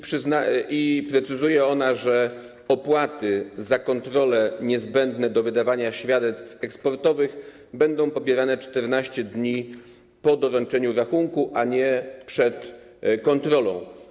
Precyzuje ona, że opłaty za kontrole niezbędne do wydawania świadectw eksportowych będą pobierane 14 dni po doręczeniu rachunku, a nie przed kontrolą.